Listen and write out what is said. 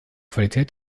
qualität